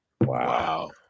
Wow